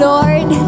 Lord